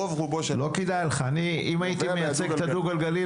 אם הייתי מייצג את הדו גלגלי,